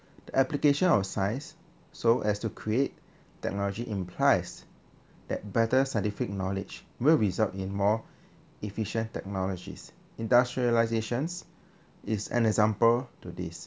application of science so as to create technology implies that better scientific knowledge will result in more efficient technologies industrialisation is an example to this